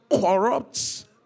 corrupts